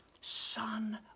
son